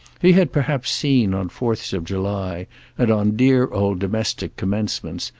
he had perhaps seen, on fourths of july and on dear old domestic commencements,